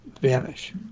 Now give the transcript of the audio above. vanish